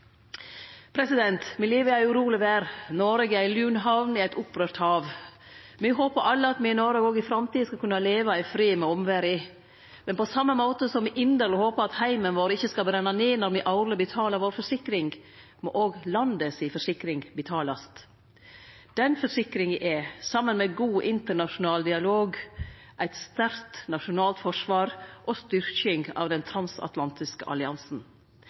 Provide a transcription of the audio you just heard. Me lever i ei uroleg verd. Noreg er ei lun hamn i eit opprørt hav. Me håpar alle at me i Noreg også i framtida skal kunne leve i fred med omverda. Men på same måte som me – når me årleg betalar forsikringa vår – inderleg håpar at heimen vår ikkje skal brenne ned, må òg forsikringa for landet betalast. Den forsikringa er, saman med god internasjonal dialog, eit sterkt nasjonalt forsvar og ei styrking av den transatlantiske alliansen.